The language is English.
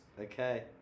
Okay